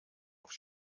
auf